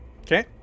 Okay